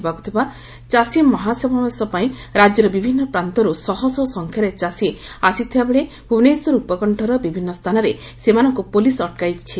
ହେବାକୁ ଥିବା ଚାଷୀ ମହାସମାବେଶ ପାଇଁ ରାଜ୍ୟର ବିଭିନ୍ନ ପ୍ରାନ୍ତରୁ ଶହଶହ ସଂଖ୍ୟାରେ ଚାଷୀ ଆସିଥିବା ବେଳେ ଭୁବନେଶ୍ୱର ଉପକଶ୍ୱର ବିଭିନ୍ନ ସ୍ଥାନରେ ସେମାନଙ୍କୁ ପୁଲିସ୍ ଅଟକାଇଛି